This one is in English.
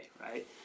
right